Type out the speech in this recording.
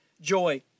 joy